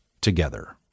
together